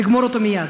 לגמור אותו מייד,